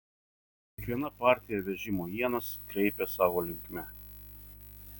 kiekviena partija vežimo ienas kreipė savo linkme